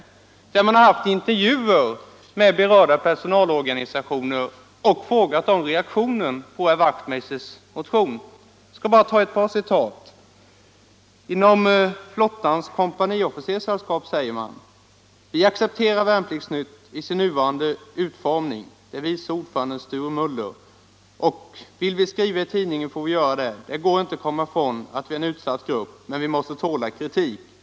I den tidningen har man haft intervjuer med berörda personalorganisationer och frågat om reaktionen på herr Wachtmeisters motion. Jag skall bara ta ett par citat. Inom Flottans kompaniofficerssällskap säger man: ”Vi accepterar Värnpliktsnytt i sin nuvarande utformning, säger vice ordföranden Sture Möller, och vill vi skriva i tidningen får vi göra det. Det går inte att komma ifrån att vi är en utsatt grupp, men vi måste tåla kritik.